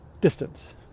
distance